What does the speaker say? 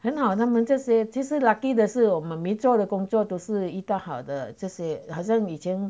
很好那么这些其实 lucky 的是我们没做这工作都是一个好的这些好像已经